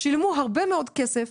שילמו הרבה מאוד כסף.